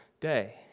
day